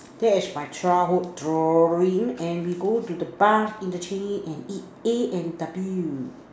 that is my childhood dream and we go to the bus interchange and eat A and W